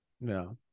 No